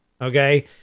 okay